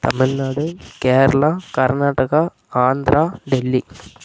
Tamil Nadu Kerala Karnataka Andhra Delhi